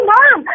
Mom